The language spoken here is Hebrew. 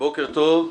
בוקר טוב.